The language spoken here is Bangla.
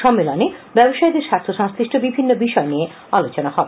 সম্মেলনের ব্যবসায়ীদের স্বার্থ সংশ্লিষ্ট বিভিন্ন বিষয়ে আলাপ আলোচনা হবে